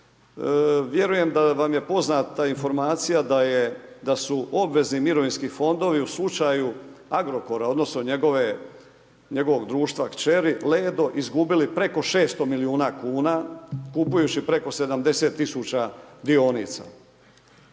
Vjerujem da vam je poznata informacija da su obvezni mirovinski fondovi u slučaju Agrokora odnosno njegovog društva kćeri Ledo, izgubili preko 600 000 milijuna kupujući preko 70 000 dionica.